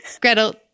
Gretel